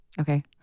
Okay